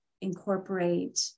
incorporate